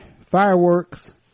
fireworks